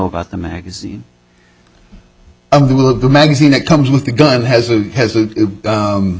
about the magazine of the of the magazine that comes with the gun has a has